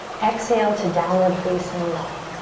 exhale to downward facing dog.